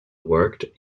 worked